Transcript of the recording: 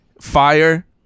fire